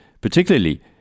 particularly